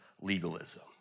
legalism